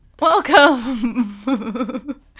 welcome